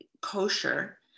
kosher